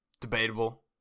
debatable